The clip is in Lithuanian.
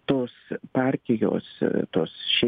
tos partijos tos šeimos